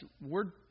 word